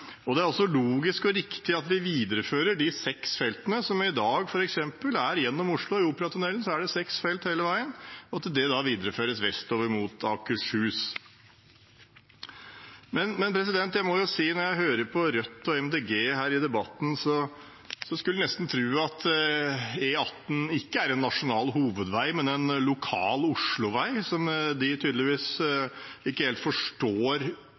Det er også logisk og riktig at vi viderefører de seks feltene som i dag går gjennom Oslo. I Operatunnelen er det seks felt hele veien, og det må videreføres vestover mot Akershus. Jeg må si at når jeg hører på Rødt og Miljøpartiet De Grønne her i debatten, skulle en nesten tro at E18 ikke er en nasjonal hovedvei, men en lokal Oslo-vei som de tydeligvis ikke helt forstår